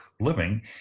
living